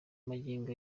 magingo